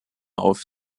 auf